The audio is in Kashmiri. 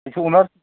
تُہۍ چھُو عُمر